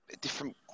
Different